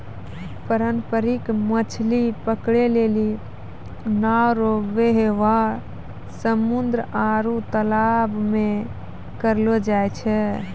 पारंपरिक मछली पकड़ै लेली नांव रो वेवहार समुन्द्र आरु तालाश मे करलो जाय छै